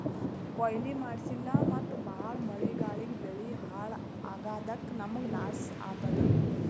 ಕೊಯ್ಲಿ ಮಾಡ್ಸಿಲ್ಲ ಮತ್ತ್ ಭಾಳ್ ಮಳಿ ಗಾಳಿಗ್ ಬೆಳಿ ಹಾಳ್ ಆಗಾದಕ್ಕ್ ನಮ್ಮ್ಗ್ ಲಾಸ್ ಆತದ್